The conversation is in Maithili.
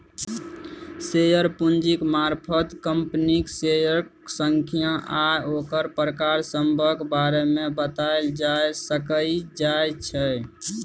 शेयर पूंजीक मारफत कंपनीक शेयरक संख्या आ ओकर प्रकार सभक बारे मे बताएल जाए सकइ जाइ छै